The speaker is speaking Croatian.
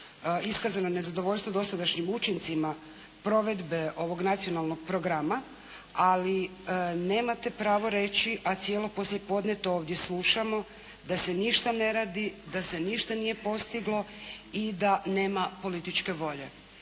iskazano nezadovoljstvo dosadašnjim učincima provedbe ovog nacionalnog programa, ali nemate pravo reći a cijelo poslijepodne to ovdje slušamo, da se ništa ne radi, da se ništa nije postiglo i da nema političke volje.